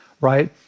Right